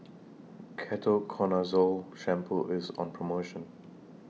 Ketoconazole Shampoo IS on promotion